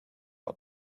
par